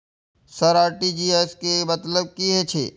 Sir RTGS के मतलब की हे छे?